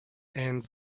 and